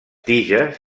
tiges